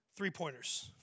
three-pointers